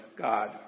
God